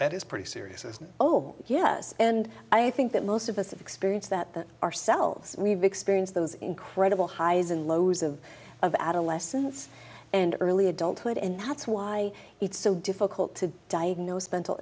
that is pretty serious isn't oh yes and i think that most of us experience that ourselves we've experienced those incredible highs and lows of of adolescence and early adulthood and that's why it's so difficult to diagnose mental